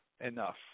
enough